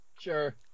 Sure